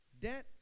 Debt